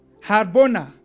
Harbona